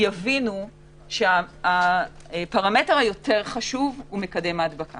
יבינו שהפרמטר היותר חשוב הוא מקדם ההדבקה